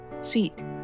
sweet